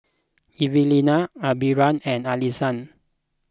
Evelina Amberly and Alison